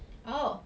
oh